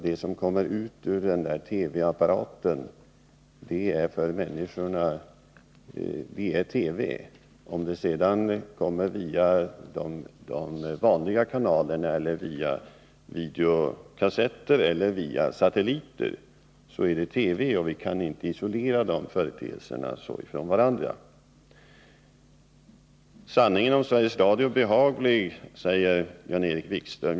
Det som kommer ut från TV-apparaten — vare sig det kommer via de vanliga kanalerna eller via videokassetter eller via satelliter kan inte ses som isolerade företeelser i en sådan här debatt. Sanningen om Sveriges Radio är behaglig, säger Jan-Erik Wikström.